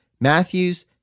Matthews